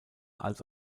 als